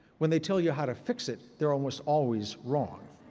when they tell you how to fix it, they're almost always wrong.